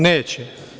Neće.